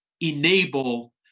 enable